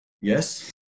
Yes